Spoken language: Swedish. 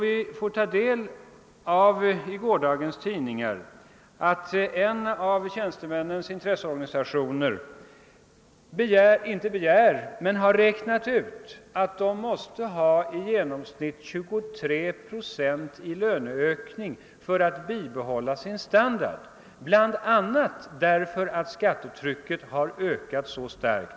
Vi kunde i gårdagens tidningar läsa att en av tjänstemännens intresseorganisationer hade räknat ut att dess medlemmar måste ha i genomsnitt 23 procent i löneökning för att bibehålla sin standard, bl.a. därför att skattetrycket har ökat så starkt.